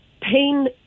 Pain